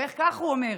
וכך הוא אומר: